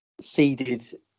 seeded